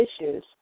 issues